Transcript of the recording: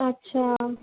আচ্ছা